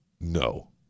No